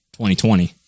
2020